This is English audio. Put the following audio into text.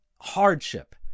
hardship